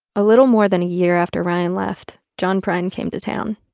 a little more than a year after ryan left, john prine came to town